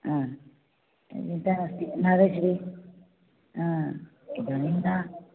हा चिन्ता नास्ति नागश्री हा इदानीं न